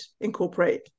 incorporate